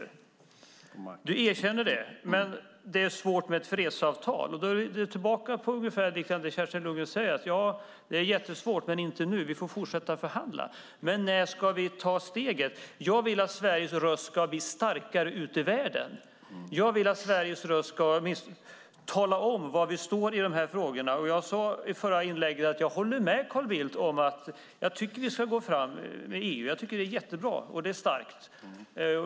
Han erkänner det, men säger att det är svårt med ett fredsavtal. Då är han tillbaka i något som liknar det Kerstin Lundgren säger: Det är jättesvårt, men det ska inte ske nu - vi får fortsätta att förhandla. Men när ska vi ta steget? Jag vill att Sveriges röst ska bli starkare ute i världen. Jag vill att Sveriges röst ska tala om var vi står i de här frågorna. Jag sade i förra inlägget att jag håller med Carl Bildt om att vi ska gå fram med EU. Det är jättebra och starkt.